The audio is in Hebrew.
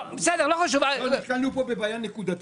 יש לנו בעיה נקודתית,